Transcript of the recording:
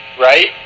right